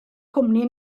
cwmni